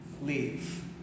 leave